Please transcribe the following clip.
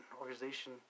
organization